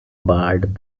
barred